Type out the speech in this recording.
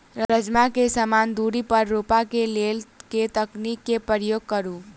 राजमा केँ समान दूरी पर रोपा केँ लेल केँ तकनीक केँ प्रयोग करू?